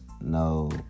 no